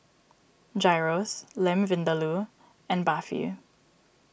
Gyros Lamb Vindaloo and Barfi